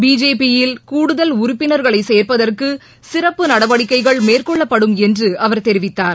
BJP யில் கூடுதல் உறுப்பினர்களைசேர்ப்பதற்குசிறப்பு நடவடிக்கைகள் மேற்கொள்ளப்படும் என்றுஅவர் தெரிவித்தார்